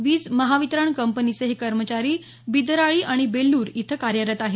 वीज महावितरण कंपनीचे हे कर्मचारी बिदराळी आणि बेल्लर इथं कार्यरत आहेत